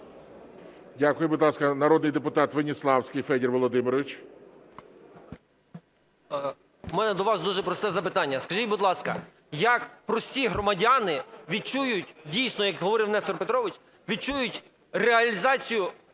Дякую. Будь ласка, народний депутат Веніславський Федір Володимирович. 14:18:43 ВЕНІСЛАВСЬКИЙ Ф.В. В мене до вас дуже просте запитання. Скажіть, будь ласка, як прості громадяни відчують, дійсно, як говорив Нестор Петрович, відчують реалізацію